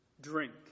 drink